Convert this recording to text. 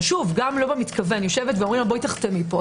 או גם לא במתכוון אומרת: תחתמי פה,